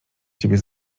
ciebie